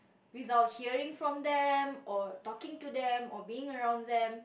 without hearing from them or talking to them or being around them